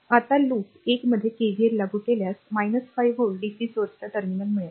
आता लूप 1 मध्ये केव्हीएल लागू केल्यास 5 व्होल्ट डीसी स्रोताचे टर्मिनल मिळेल